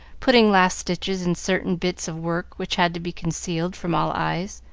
putting last stitches in certain bits of work which had to be concealed from all eyes,